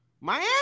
Miami